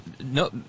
no